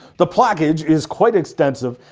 the plaquage is quite extensive,